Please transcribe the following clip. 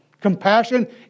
Compassion